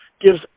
gives